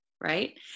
right